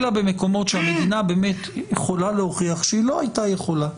אלא במקומות שהמדינה באמת יכולה להוכיח שהיא לא הייתה יכולה,